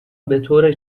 بطور